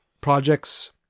projects